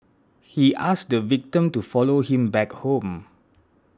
he asked the victim to follow him back home